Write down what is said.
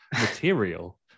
material